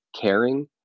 caring